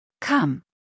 Come